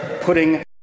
putting